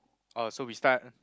oh so we start